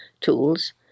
tools